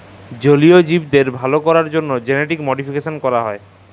জলীয় জীবদের ভাল ক্যরার জ্যনহে জেলেটিক মডিফিকেশাল ক্যরা হয়